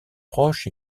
proche